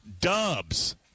Dubs